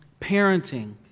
Parenting